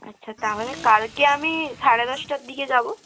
আচ্ছা তাহলে কালকে আমি সাড়ে দশটার দিকে যাব